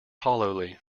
hollowly